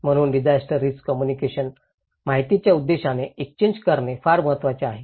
म्हणून disaster risk कम्युनिकेशनत माहितीच्या उद्देशाने एक्सचेन्ज करणे फार महत्वाचे आहे